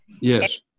Yes